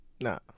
Nah